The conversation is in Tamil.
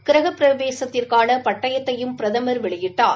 கிரகப்பிரவேசத்திற்கான பட்டயத்தையும் பிரதமர் வெளியிட்டார்